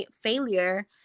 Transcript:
failure